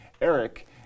Eric